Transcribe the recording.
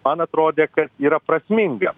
man atrodė kad yra prasminga